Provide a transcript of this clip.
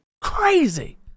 crazy